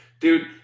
dude